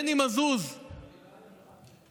מני מזוז, נכון?